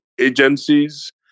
agencies